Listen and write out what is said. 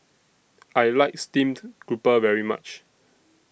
I like Steamed Grouper very much